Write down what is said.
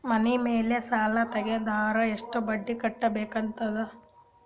ಮನಿ ಮೇಲ್ ಸಾಲ ತೆಗೆದರ ಎಷ್ಟ ಬಡ್ಡಿ ಕಟ್ಟಬೇಕಾಗತದ?